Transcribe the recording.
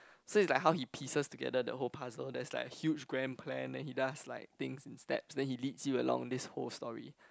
so it's like how he pieces together the whole parts loh there's like huge grand plan then he does like things in step then he lead you along this whole story